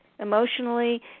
Emotionally